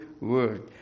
word